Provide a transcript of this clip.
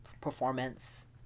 performance